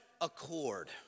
accord